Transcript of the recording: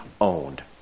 owned